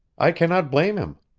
i cannot blame him.